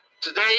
Today